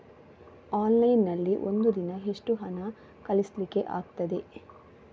Online ನಲ್ಲಿ ಒಂದು ದಿನ ಎಷ್ಟು ಹಣ ಕಳಿಸ್ಲಿಕ್ಕೆ ಆಗ್ತದೆ?